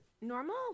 normal